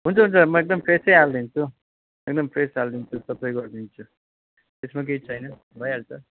हुन्छ हुन्छ म एकदम फ्रेसै हालिदिन्छु एकदम फ्रेस हालिदिन्छु सबै गरिदिन्छु त्यसमा केही छैन भइहाल्छ